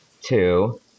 two